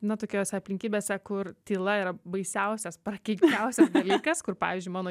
na tokiose aplinkybėse kur tyla yra baisiausias prakeikčiausias dalykas kur pavyzdžiui mano